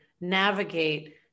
navigate